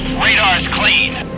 radar's clean.